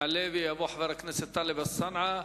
יעלה ויבוא חבר הכנסת טלב אלסאנע,